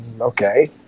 okay